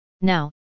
Now